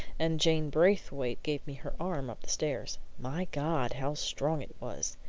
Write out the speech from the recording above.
and jane braithwaite gave me her arm up the stairs. my god, how strong it was,